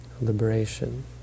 liberation